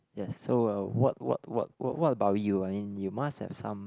yes so uh what what what what about you I mean you must have some